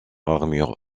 armure